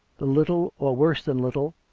the little, or worse than little,